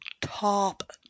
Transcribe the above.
top